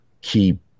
keep